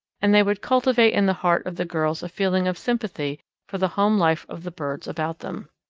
and they would cultivate in the heart of the girls a feeling of sympathy for the home life of the birds about them.